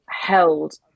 held